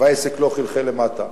והעסק לא חלחל למטה.